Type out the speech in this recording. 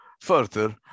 further